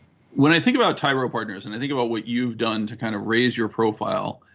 when i think about tyro partners and i think about what you've done to kind of raise your profile,